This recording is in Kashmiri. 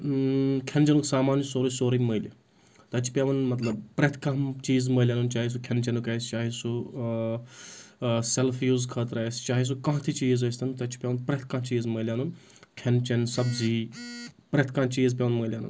کھٮ۪ن چؠنُک سامان چھُ سورُے سورُے مٔلۍ تَتہِ چھُ پؠوان مطلب پرٛؠتھ کانٛہہ چیٖز مٔلۍ اَنُن چاہے سُہ کھؠن چؠنُک آسہِ چاہے سُہ سیٚلف یوٗز خٲطرٕ آسہِ چاہے سُہ کانٛہہ تہِ چیٖز ٲسۍ تَن تَتہِ چھُ پؠوان پرؠتھ کانٛہہ چیٖز مٔلۍ اَنُن کھؠن چؠن سبزِی پرؠتھ کانٛہہ چیٖز پؠوَان مٔلِی اَنُن